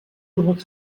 kurmak